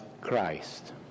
Christ